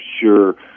sure